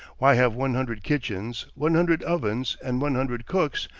why have one hundred kitchens, one hundred ovens, and one hundred cooks,